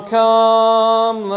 come